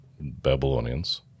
Babylonians